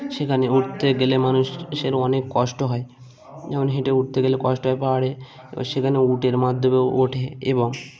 সেখানে উঠতে গেলে মানুষের অনেক কষ্ট হয় যেমন হেঁটে উঠতে গেলে কষ্ট হয় পাহাড়ে এবার সেখানে উটের মাধ্যমেও ওঠে এবং